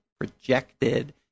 projected